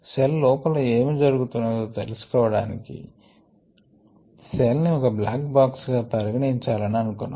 cell లోపల ఏమి జరుగుతున్నదో తెలిసి కోవడానికి సెల్ ని ఒక బ్లాక్ బాక్స్ గా పరిగణించాలని అనుకొన్నాము